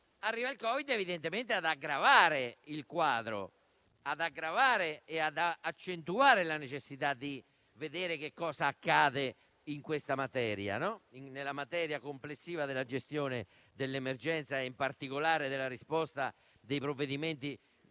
arriva il Covid, evidentemente ad aggravare il quadro e ad accentuare la necessità di vedere che cosa accade nella materia complessiva della gestione dell'emergenza e in particolare nella risposta dei provvedimenti